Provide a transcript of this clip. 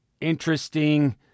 interesting